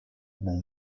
mon